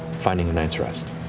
finding a night's rest.